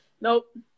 Nope